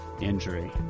injury